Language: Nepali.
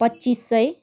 पच्चिस सय